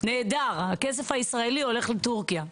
נהדר, הכסף הישראלי הולך לטורקיה.